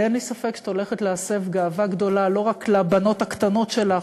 ואין לי ספק שאת הולכת להסב גאווה גדולה לא רק לבנות הקטנות שלך,